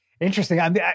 Interesting